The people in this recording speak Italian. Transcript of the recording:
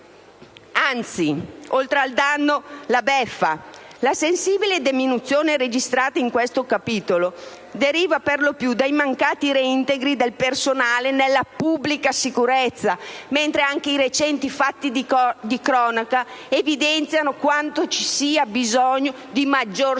Anzi (oltre al danno la beffa): la sensibile diminuzione registrata in questo capitolo deriva per lo più dai mancati reintegri del personale nella pubblica sicurezza, quando i recenti fatti di cronaca evidenziano quanto ci sia bisogno di maggior sicurezza